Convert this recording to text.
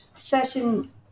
Certain